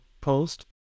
post